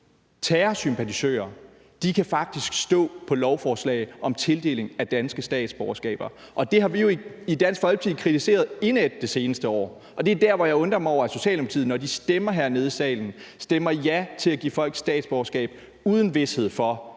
terrorsympatisører faktisk kan stå på lovforslag om tildeling af danske statsborgerskaber. Det har vi jo i Dansk Folkeparti kritiseret indædt det seneste år, og det er der, hvor jeg undrer mig over, at Socialdemokratiet, når de stemmer hernede i salen, stemmer ja til at give folk statsborgerskab uden vished for,